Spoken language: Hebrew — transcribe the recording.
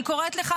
אני קוראת לך,